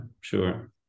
sure